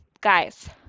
Guys